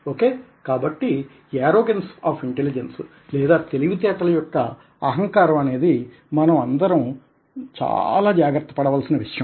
okay కాబట్టి arrogance of intelligence లేదా తెలివితేటల యొక్క అహంకారం అనేది మనం అందరం చాలా జాగ్రత్త పడవలసిన విషయం